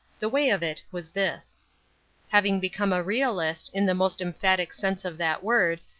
the way of it was this having become a realist, in the most emphatic sense of that word,